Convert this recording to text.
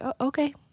okay